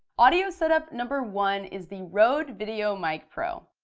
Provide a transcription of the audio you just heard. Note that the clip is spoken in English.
audio setup number one is the rode video mic pro.